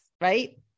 right